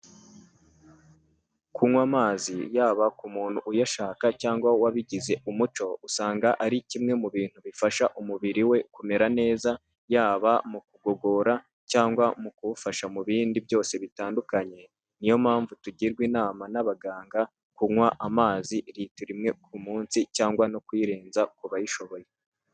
Kunywa amazi yaba ku muntu uyashaka cyangwa wabigize umuco usanga ari kimwe mu bintu bifasha umubiri we kumera neza yaba mu kugogora cyangwa mu kuwufasha mu bindi byose bitandukanye, niyo mpamvu tugirwa inama n'abaganga kunywa amazi ritiro imwe ku munsi cyangwa no kuyirenza ku bayishoboye.